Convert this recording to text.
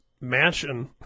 mansion